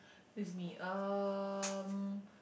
this is me um